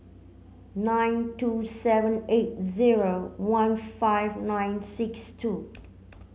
nine two seven eight zero one five nine six two